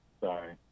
Sorry